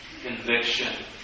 conviction